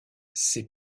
ces